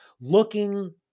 looking